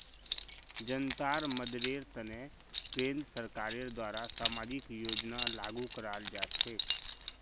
जनतार मददेर तने केंद्र सरकारेर द्वारे सामाजिक योजना लागू कराल जा छेक